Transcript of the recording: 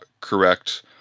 correct